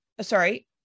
sorry